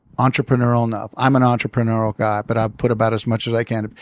entrepreneurial enough, i'm an entrepreneurial guy but i've put about as much as i can.